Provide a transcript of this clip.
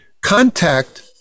contact